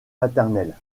maternelles